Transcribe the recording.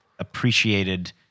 appreciated